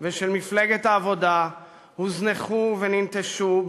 ושל מפלגת העבודה הוזנחו וננטשו,